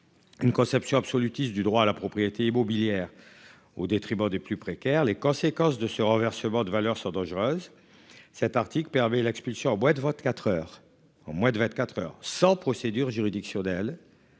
Une conception absolutiste du droit à la propriété immobilière au détriment des plus précaires. Les conséquences de ce renversement de valeurs sûres dangereuse. Cet article permet l'expulsion en bois de 24h en moins de 24h, sans procédure juridictionnelle.